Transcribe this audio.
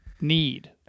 need